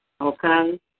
Okay